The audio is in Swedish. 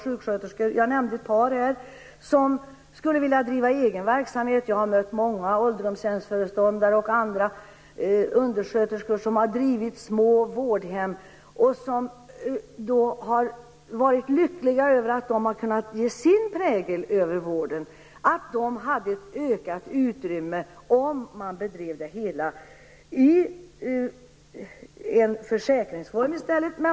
Jag har mött många ålderdomshemsföreståndare som har drivit små vårdhem och som har varit lyckliga över att de har kunnat sätta sin prägel på vården. Det är många sjuksköterskor och undersköterskor som skulle få ett ökat utrymme om det hela drevs i försäkringsform.